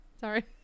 Sorry